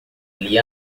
ele